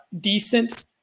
decent